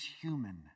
human